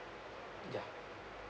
ya